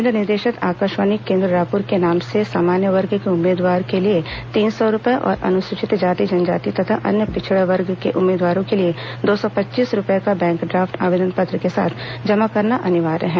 केन्द्र निदेशक आकाशवाणी केन्द्र रायपुर के नाम से सामान्य वर्ग के उम्मीदवार के लिए तीन सौ रूपए और अनुसूचित जाति जनजाति तथा अन्य पिछेड़ा वर्ग के उम्मीदवार के लिए दो सौ पच्चीस रूपये का बैंक ड्राफ्ट आवेदन पत्र के साथ जमा करना अनिवार्य है